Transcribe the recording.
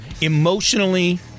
emotionally